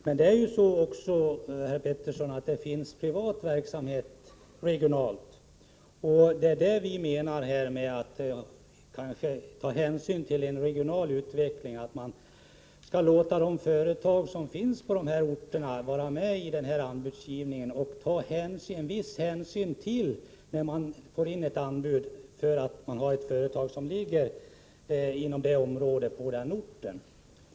Men det finns också, herr Petersson, privat verksamhet på det regionala planet. Vi anser att även sådana företag på orten skall få vara med i anbudsgivningen. Viss hänsyn bör tas till dem just därför att de finns på orten.